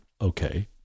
Okay